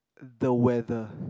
the weather